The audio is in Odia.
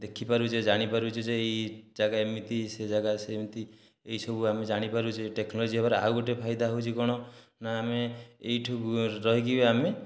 ଦେଖିପାରୁଛେ ଯେ ଜାଣିପାରୁଛେ ଯେ ଏଇ ଜାଗା ଏମିତି ସେ ଜାଗା ସେମିତି ଏଇ ସବୁ ଆମେ ଜାଣିପାରୁଛେ ଟେକ୍ନୋଲୋଜି ହେବାର ଆଉ ଗୋଟିଏ ଫାଇଦା ହେଉଛି କଣ ନା ଆମେ ଏଇଠୁ ରହିକି ଆମେ